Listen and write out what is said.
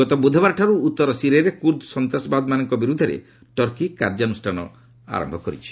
ଗତ ବୁଧବାରଠାରୁ ଉତ୍ତର ସିରିଆରେ କୁର୍ଦ୍ଧ ସନ୍ତାସବାଦମାନଙ୍କ ବିରୁଦ୍ଧରେ ଟର୍କୀ କାର୍ଯ୍ୟାନୁଷ୍ଠାନ ଆରମ୍ଭ କରିଛି